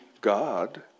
God